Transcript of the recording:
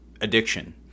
addiction